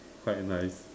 quite nice